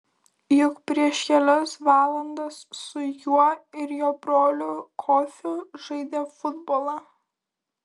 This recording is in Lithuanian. juk prieš kelias valandas su juo ir jo broliu kofiu žaidė futbolą